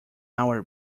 hour